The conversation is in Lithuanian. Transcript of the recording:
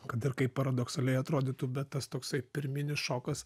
kad ir kaip paradoksaliai atrodytų bet tas toksai pirminis šokas